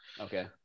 Okay